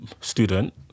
student